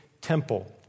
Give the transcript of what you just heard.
temple